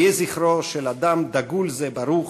יהי זכרו של אדם דגול זה ברוך,